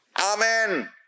Amen